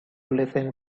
listen